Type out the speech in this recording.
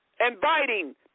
Inviting